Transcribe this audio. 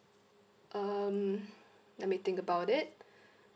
um let me think about it